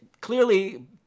clearly